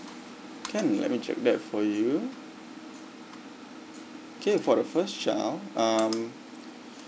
can let me check that for you okay for the first child um